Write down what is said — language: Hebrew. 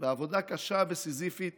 בעבודה קשה וסיזיפית